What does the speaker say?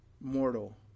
mortal